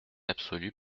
absolue